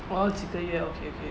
orh 几个月 okay okay